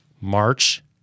March